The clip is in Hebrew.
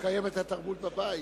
לקיים את התרבות בבית.